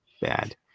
bad